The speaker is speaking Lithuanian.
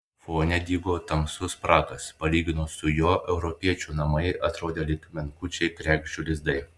fone dygo tamsus prakas palyginus su juo europiečių namai atrodė lyg menkučiai kregždžių lizdai